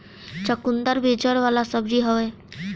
चुकंदर भी जड़ वाला सब्जी हअ